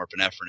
norepinephrine